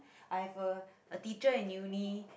I have a a teacher in uni